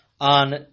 On